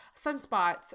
sunspots